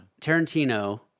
tarantino